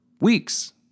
weeks